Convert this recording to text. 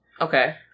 Okay